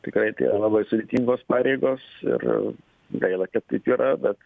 tikrai tai labai sudėtingos pareigos ir gaila kad taip yra bet